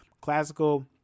classical